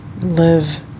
live